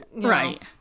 right